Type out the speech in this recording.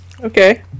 Okay